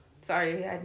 Sorry